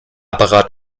apparat